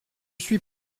suis